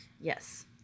Yes